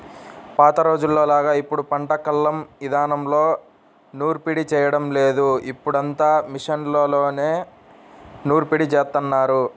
పాత రోజుల్లోలాగా ఇప్పుడు పంట కల్లం ఇదానంలో నూర్పిడి చేయడం లేదు, ఇప్పుడంతా మిషన్లతోనే నూర్పిడి జేత్తన్నారు